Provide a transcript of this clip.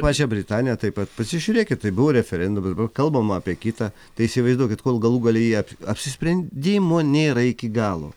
pačią britaniją taip pat pasižiūrėkit tai buvo referendumas dabar kalbama apie kitą tai įsivaizduokit kol galų gale jie apsisprendimo nėra iki galo